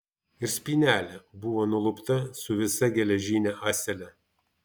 ir spynelė buvo nulupta su visa geležine ąsele